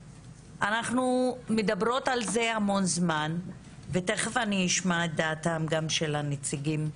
אנחנו מדברות על זה המון זמן ותיכף אני אשמע את דעתם גם של הנציגים,